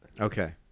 okay